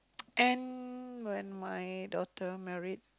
and when my daughter married